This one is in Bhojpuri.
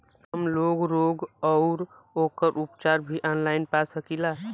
हमलोग रोग अउर ओकर उपचार भी ऑनलाइन पा सकीला?